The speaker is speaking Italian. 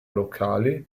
locali